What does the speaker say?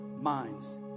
minds